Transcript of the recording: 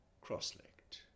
cross-legged